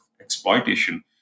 exploitation